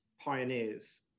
pioneers